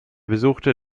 besuchte